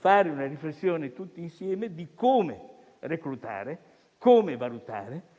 fare una riflessione tutti insieme, su come reclutare e valutare,